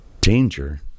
danger